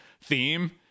theme